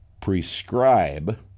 prescribe